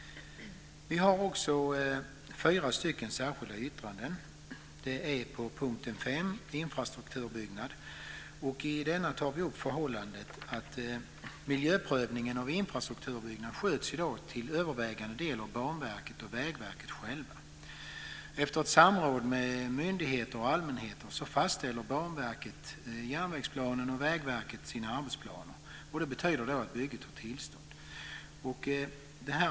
Vi har också fyra särskilda yttranden, bl.a. när det gäller punkt 5 om infrastrukturutbyggnad. I detta tar vi upp förhållandet att miljöprövningen av infrastrukturutbyggnad i dag till övervägande del sköts av Banverket och Vägverket själva. Efter samråd med myndigheter och allmänhet fastställer Banverket järnvägsplanen och Vägverket arbetsplanen. Det betyder att bygget har tillstånd.